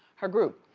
her group,